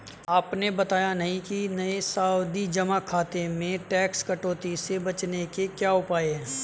आपने बताया नहीं कि नये सावधि जमा खाते में टैक्स कटौती से बचने के क्या उपाय है?